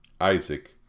Isaac